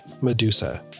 Medusa